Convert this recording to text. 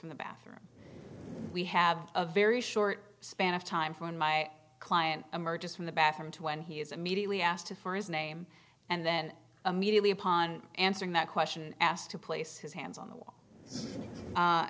from the bathroom we have a very short span of time from my client emerges from the bathroom to when he is immediately asked for his name and then immediately upon answering that question asked to place his hands on the